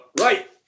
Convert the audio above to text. Right